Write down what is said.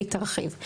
והיא תרחיב.